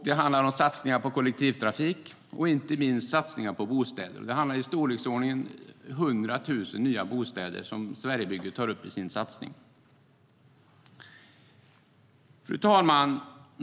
Det handlar om satsningar på kollektivtrafik och inte minst satsningar på bostäder. Det handlar om i storleksordningen 100 000 nya bostäder i Sverigebygget.Fru talman!